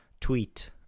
tweet